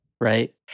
Right